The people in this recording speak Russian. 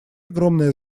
огромное